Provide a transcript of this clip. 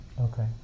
Okay